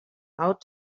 out